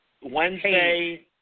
Wednesday